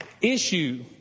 issue